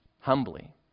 Humbly